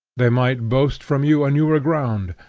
they might boast from you a newer ground,